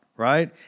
right